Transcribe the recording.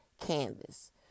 canvas